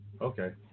okay